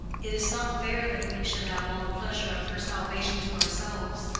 it is not fair that we should have all the pleasure of her salvation to ourselves.